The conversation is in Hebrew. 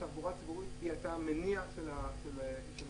התחבורה הציבורית הייתה המניע של המשק.